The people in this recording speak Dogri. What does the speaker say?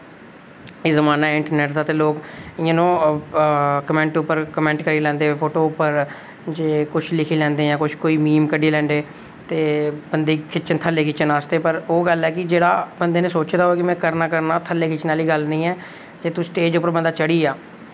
एह् जमाना इंटरनेट दा ते लोग ते इ'यां कमैंट पर कमैंट करी लैंदे फोटो उप्पर जे किश लिखी लैंदे कोई मीम कड्ढी लैंदे ते बंदे गी थल्ले खिच्चन आस्तै ते ओह् जेह्ड़े बंदे नै सोचा दा होऐ की में करना ई करना ते स्टेज पर बंदा चढ़ी आ